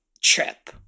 trip